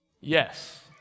Yes